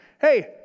Hey